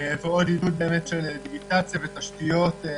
ועוד עידוד של דיגיטציה ותשתיות.